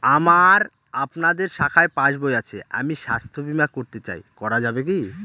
আমার আপনাদের শাখায় পাসবই আছে আমি স্বাস্থ্য বিমা করতে চাই করা যাবে কি?